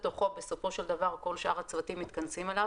בסופו של דבר כל שאר הצוותים מתכנסים אליו,